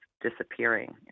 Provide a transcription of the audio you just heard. disappearing